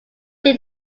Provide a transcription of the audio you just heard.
did